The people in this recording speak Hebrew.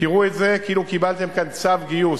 תראו את זה כאילו קיבלתם כאן צו גיוס,